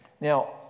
Now